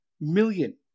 million